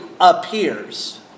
appears